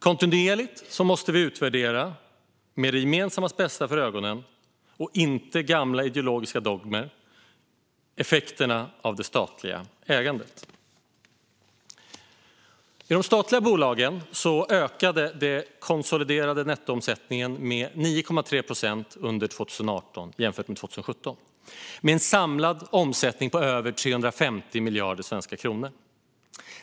Vi måste kontinuerligt utvärdera med det gemensammas bästa för ögonen. Gamla ideologiska dogmer får inte styra effekterna av det statliga ägandet. I de statliga bolagen ökade den konsoliderade nettoomsättningen med 9,3 procent under 2018 jämfört med 2017och hade en samlad omsättning på över 350 miljarder svenska kronor.